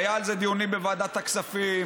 והיו על זה דיונים בוועדת הכספים,